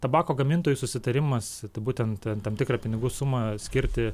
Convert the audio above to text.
tabako gamintojų susitarimas būtent ten tam tikrą pinigų sumą skirti